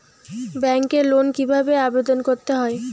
ব্যাংকে লোন কিভাবে আবেদন করতে হয়?